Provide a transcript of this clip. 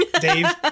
Dave